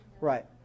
Right